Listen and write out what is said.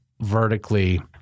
vertically